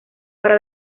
para